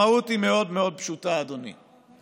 המהות היא מאוד מאוד פשוטה, אדוני.